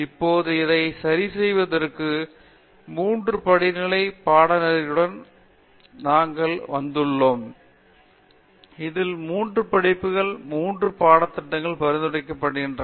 இப்போது இதைப் சரி செய்வதற்கு மூன்று படிநிலை பாடநெறிகளுடன் நாங்கள் வந்துள்ளோம் இதில் மூன்று படிப்புகள் மூன்று பாடத்திட்டங்கள் பரிந்துரைக்கப்பட்டுள்ளன